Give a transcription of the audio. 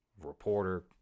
reporter